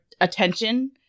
attention